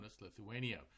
Lithuania